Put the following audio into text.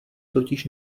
totiž